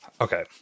Okay